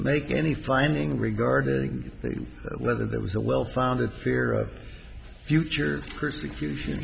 make any finding regarding whether there was a well founded fear of future persecution